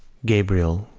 gabriel,